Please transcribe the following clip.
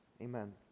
amen